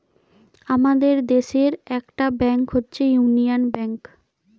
আমাদের দেশের একটা ব্যাংক হচ্ছে ইউনিয়ান ব্যাঙ্ক